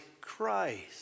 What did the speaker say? Christ